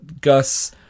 Gus